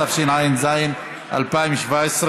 התשע"ז 2017,